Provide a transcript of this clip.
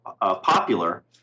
popular